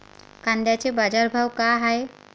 कांद्याचे बाजार भाव का हाये?